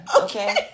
Okay